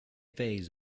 phase